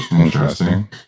Interesting